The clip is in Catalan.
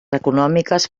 econòmiques